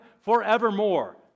forevermore